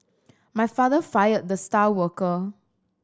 my father fired the star worker